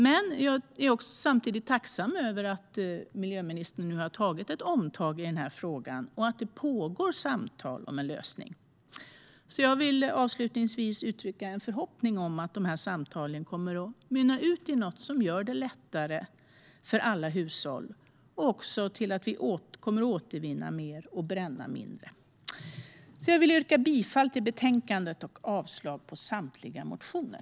Samtidigt är jag tacksam över att miljöministern nu har tagit ett omtag i denna fråga och att det pågår samtal om en lösning. Jag vill avslutningsvis uttrycka en förhoppning om att dessa samtal kommer att mynna ut i något som gör det lättare för alla hushåll och också leder till att vi kommer att återvinna mer och bränna mindre. Jag vill yrka bifall till utskottets förslag i betänkandet och avslag på samtliga motioner.